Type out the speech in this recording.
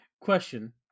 Question